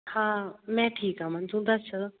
ਹਾਂ ਮੈਂ ਠੀਕ ਅਮਨ ਤੂੰ ਦੱਸ